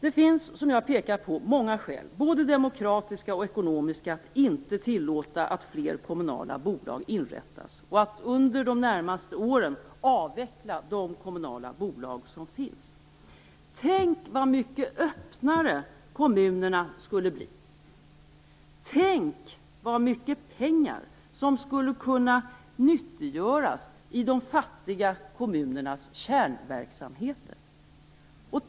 Det finns som jag pekar på många skäl, både demokratiska och ekonomiska, att inte tillåta att fler kommunala bolag inrättas och att under de närmaste åren avveckla de kommunala bolag som finns. Tänk vad mycket öppnare kommunerna skulle bli! Tänk vad mycket pengar som skulle kunna nyttiggöras i de fattiga kommunernas kärnverksamheter.